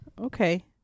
Okay